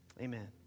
Amen